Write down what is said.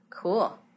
Cool